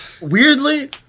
Weirdly